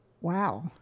Wow